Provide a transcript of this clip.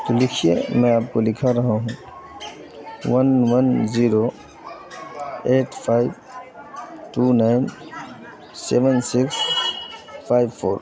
تو لکھیے میں آپ کو لکھا رہا ہوں one one zero eight five two nine seven six five four